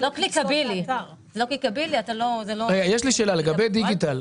--- יש לי שאלה לגבי דיגיטל.